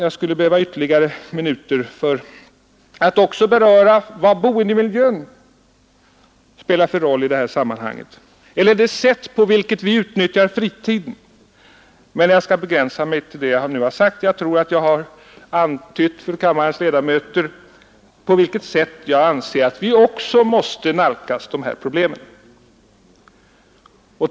Jag skulle behöva ytterligare minuter för att också beröra vilken roll boendemiljön spelar i detta sammanhang eller det sätt på vilket vi utnyttjar fritiden, men jag skall begränsa mig till det som jag nu har sagt — jag tror att jag har antytt för kammarens ledamöter på vilket sätt jag anser att vi måste nalkas det här problemet.